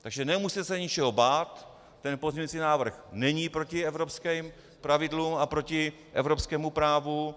Takže nemusíte se ničeho bát, ten pozměňovací návrh není proti evropským pravidlům a proti evropskému právu.